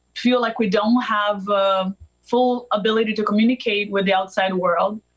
feel like we don't have the full ability to communicate with the outside world.